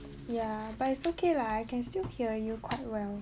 ya but it's okay lah I can still hear you quite well